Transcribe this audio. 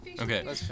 Okay